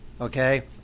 Okay